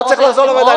לא צריך לחזור לוועדה.